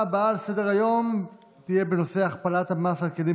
הבאות לסדר-היום יהיו בנושא: הכפלת המס על כלים